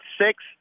six